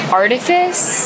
artifice